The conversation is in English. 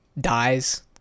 dies